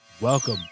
Welcome